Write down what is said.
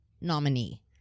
nominee